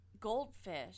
goldfish